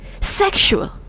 sexual